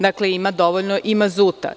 Dakle, ima dovoljno i mazuta.